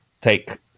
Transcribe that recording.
take